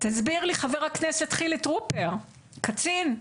תסביר לי, חבר הכנסת חילי טרופר, קצין,